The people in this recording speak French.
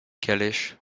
calèches